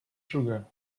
sugar